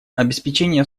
обеспечение